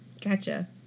Gotcha